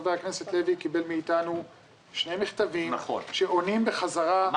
חבר הכנסת לוי קיבל מאתנו שני מכתבים שעונים בחזרה --- נכון,